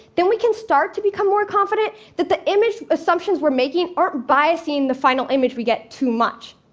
then we can start to become more confident that the image assumptions we're making aren't biasing the final image we get too much.